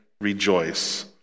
rejoice